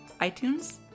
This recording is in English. iTunes